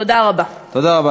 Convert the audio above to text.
תודה רבה.